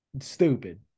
Stupid